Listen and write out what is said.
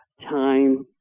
time